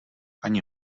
ani